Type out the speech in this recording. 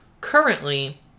currently